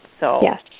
Yes